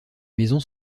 maisons